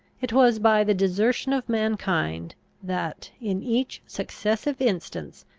it was by the desertion of mankind that, in each successive instance,